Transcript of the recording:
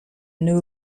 new